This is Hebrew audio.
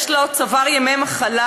הוא צבר ימי מחלה,